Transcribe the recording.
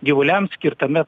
gyvuliams skirtame